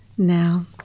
Now